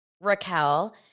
Raquel